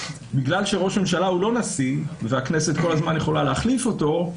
בגלל שראש ממשלה הוא לא נשיא והכנסת כל הזמן יכולה להחליף אותו,